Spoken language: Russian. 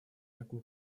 такую